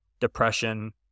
depression